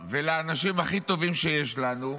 לנוער ולאנשים הכי טובים שיש לנו,